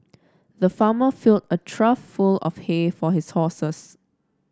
the farmer filled a trough full of hay for his horses